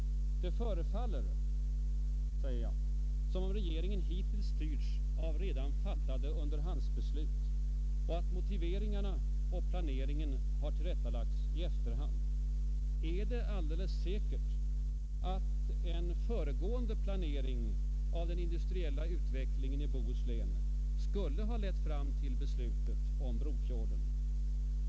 Det förefaller mig som om regeringen hittills styrts av redan fattade underhandsbeslut och att motiveringarna och planeringen tillrättalagts i efterhand. Är det alldeles säkert att en föregående planering av den industriella utvecklingen i Bohuslän skulle ha lett fram till beslutet om Brofjorden?